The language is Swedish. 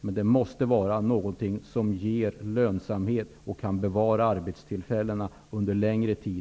Men det måste vara någonting som ger lönsamhet och som gör att arbetstillfällen kan bevaras under en längre tid.